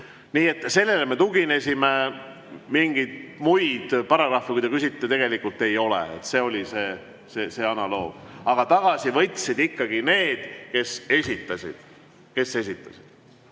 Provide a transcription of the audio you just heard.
Nii et sellele me tuginesime, mingeid muid paragrahve, kui te küsite, tegelikult ei ole. See oli see analoogia. Aga tagasi võtsid ikkagi need, kes esitasid. Kalle